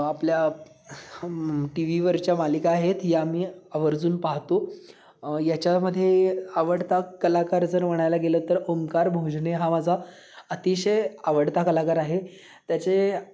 आपल्या टी व्हीवरच्या मालिका आहेत या मी आवर्जून पाहतो याच्यामध्ये आवडता कलाकार जर म्हणायला गेलं तर ओंकार भोजने हा माझा अतिशय आवडता कलाकार आहे त्याचे